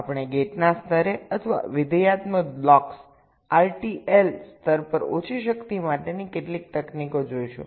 આપણે ગેટના સ્તરે અથવા વિધેયાત્મક બ્લોક્સ RTL સ્તર પર ઓછી શક્તિ માટેની કેટલીક તકનીકો જોઈશું